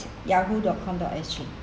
yahoo dot com dot S G